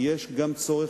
כי יש גם צורך,